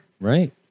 Right